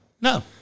No